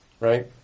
right